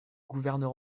gouverneur